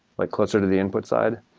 like closer to the input side,